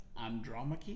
Andromache